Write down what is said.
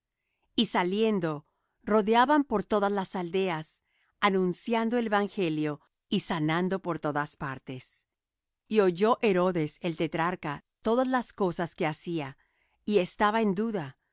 y saliendo rodeaban por todas las aldeas anunciando el evangelio y sanando por todas partes y oyó herodes el tetrarca todas las cosas que hacía y estaba en duda